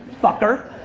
fucker.